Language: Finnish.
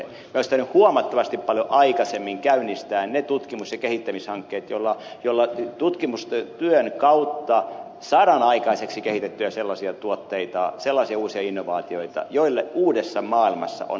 meidän olisi pitänyt huomattavasti paljon aikaisemmin käynnistää ne tutkimus ja kehittämishankkeet joilla tutkimustyön kautta saadaan aikaiseksi kehitettyä sellaisia tuotteita sellaisia uusia innovaatioita joille uudessa maailmassa on markkinaa